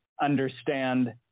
understand